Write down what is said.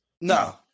No